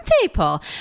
people